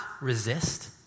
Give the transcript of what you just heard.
resist